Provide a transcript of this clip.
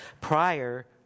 prior